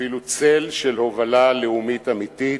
אפילו צל של הובלה לאומית אמיתית.